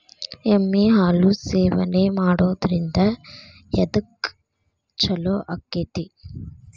ಎಮ್ಮಿ ಹಾಲು ಸೇವನೆ ಮಾಡೋದ್ರಿಂದ ಎದ್ಕ ಛಲೋ ಆಕ್ಕೆತಿ?